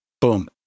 Boom